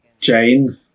Jane